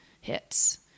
hits